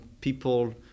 people